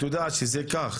את יודעת שזה כך,